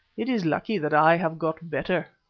it is lucky that i have got a better.